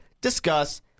discuss